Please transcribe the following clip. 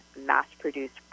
mass-produced